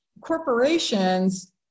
corporations